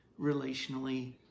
relationally